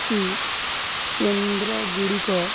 C କେନ୍ଦ୍ରଗୁଡ଼ିକ